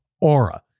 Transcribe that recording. Aura